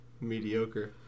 Mediocre